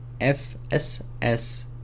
FSS